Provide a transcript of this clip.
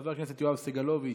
חבר הכנסת יואב סגלוביץ'